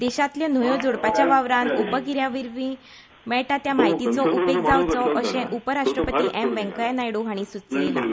देशांतल्या न्हंयो जोडपाच्या वावरांन उपगिऱ्यावरवीं मेळटा त्या म्हायतीचो उपेग जावचो अशेंय उप राष्ट्रपती एम व्यंकय्या नायडू हांणी सुचयलां